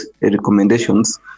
recommendations